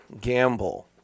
gamble